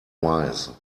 wise